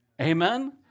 Amen